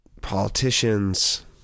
politicians